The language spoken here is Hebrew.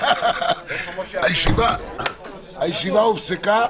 הישיבה הופסקה.